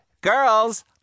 girls